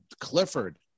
Clifford